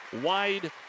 wide